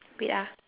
wait ah